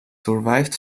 survived